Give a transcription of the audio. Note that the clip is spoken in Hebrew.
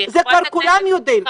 את זה כבר כולם יודעים.